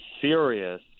serious